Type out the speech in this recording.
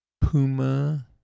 Puma